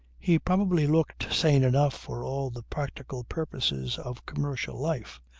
he probably looked sane enough for all the practical purposes of commercial life.